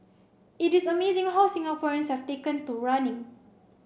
it is amazing how Singaporeans have taken to running